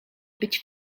być